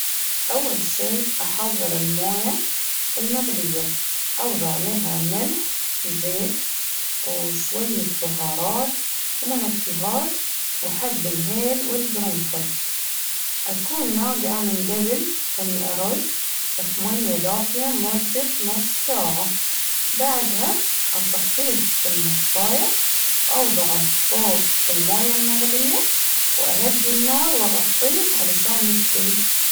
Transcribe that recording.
أول شيء أحضر الموية المغلية ، أوظع لها ملح وزيت ، وشوية بهارات ومنكهات وحب الهيل والقرنفل، أكون ناقعة من قبل الأرز، في ماية دافية مدة نص ساعة بعدها أصفيه في المصفاية ، وأوضعه فوق الموية المغلية ، وأهدي النار وأغطيه علشان يستوي.